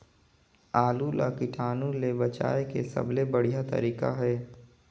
आलू ला कीटाणु ले बचाय के सबले बढ़िया तारीक हे?